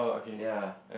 ya